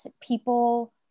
people